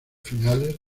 finales